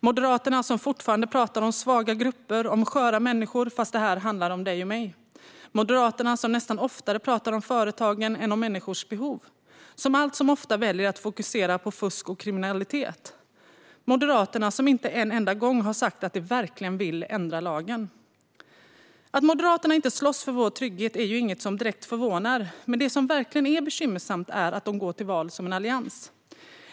Moderaterna pratar fortfarande om svaga grupper och sköra människor, fast det här handlar om dig och mig. Moderaterna pratar nästan oftare om företagen än om människors behov och väljer allt som oftast att fokusera på fusk och kriminalitet. Moderaterna har inte en enda gång sagt att de verkligen vill ändra lagen. Att Moderaterna inte slåss för vår trygghet är inget som direkt förvånar, men det som verkligen är bekymmersamt är att de går till val som del av en allians.